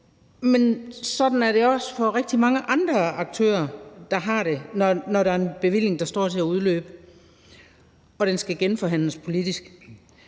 men sådan er der også rigtig mange andre aktører, der har det, når der er en bevilling, der står til at udløbe, og den skal genforhandles politisk.